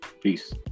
Peace